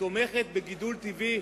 תומכת בגידול טבעי